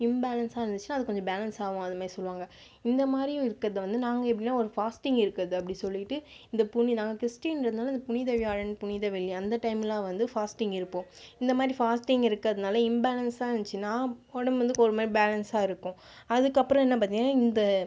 இம்பேலன்ஸாக இருந்துச்சுனால் அது கொஞ்சம் பேலன்ஸ் ஆகும் அது மாதிரி சொல்லுவாங்கள் இந்த மாதிரியும் இருக்கிறத வந்து நாங்கள் எப்படின்னா ஒரு ஃபாஸ்ட்டிங் இருக்கிறது அப்படி சொல்லிட்டு இந்த நான் கிறிஸ்டியன்றதுனால் புனித வியாழன் புனித வெள்ளி அந்த டைமெல்லாம் வந்து ஃபாஸ்ட்டிங் இருப்போம் இந்த மாதிரி ஃபாஸ்ட்டிங் இருக்கிறதுனால இம்பேலன்ஸாக இருந்துச்சுனால் உடம்பு வந்து ஒரு மாதிரி பேலன்ஸாக இருக்கும் அதுக்கப்புறம் என்ன பார்த்தீங்கனா இந்த